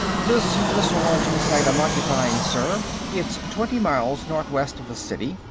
this missile-launching site i'm occupying, sir it's twenty miles north-west of the city.